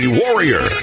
warrior